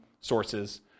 sources